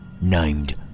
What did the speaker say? named